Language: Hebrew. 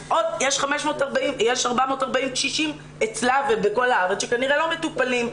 אז יש עוד 440 קשישים אצלה ובכל הארץ שכנראה לא מטופלים.